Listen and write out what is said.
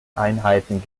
einheiten